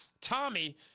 Tommy